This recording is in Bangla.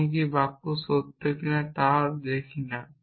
এমনকি বাক্য সত্য কিনা তাও দেখি না